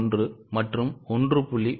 1 மற்றும் 1